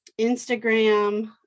Instagram